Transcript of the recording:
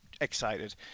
excited